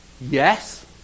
Yes